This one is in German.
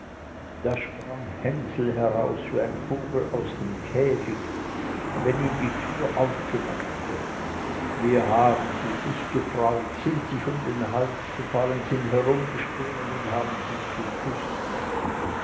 da sprang hänsel heraus wie ein vogel aus dem käfig wenn ihm die türe aufgemacht wird wie haben sie sich gefreut sind sich um den hals gefallen sind herumgesprungen und haben sich geküßt